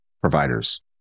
providers